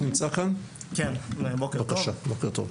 בוקר טוב.